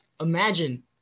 imagine